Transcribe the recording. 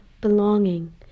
belonging